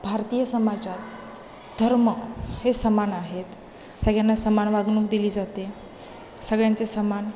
भारतीय समाजात धर्म हे समान आहेत सगळ्यांना समान वागणूक दिली जाते सगळ्यांचे समान